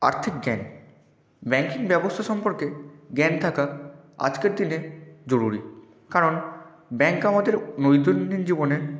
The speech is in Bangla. আর্থিক জ্ঞান ব্যাংকিং ব্যবস্থা সম্পর্কে জ্ঞান থাকা আজকের দিনে জরুরি কারণ ব্যাংক আমাদের দৈনন্দিন জীবনে